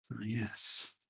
yes